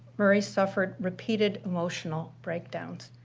murray suffered repeated emotional breakdowns.